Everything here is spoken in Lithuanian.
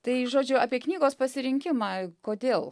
tai žodžiu apie knygos pasirinkimą kodėl